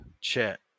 chat